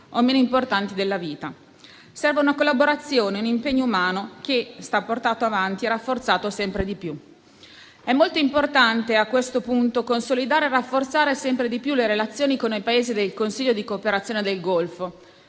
meno importanti della vita. Serve quindi una collaborazione, un impegno umano che va portato avanti e rafforzato sempre di più. È molto importante a questo punto consolidare e rafforzare sempre di più le relazioni con i Paesi del Consiglio di cooperazione del Golfo